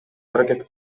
аракет